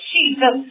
Jesus